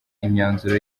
imyanzuro